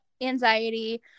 anxiety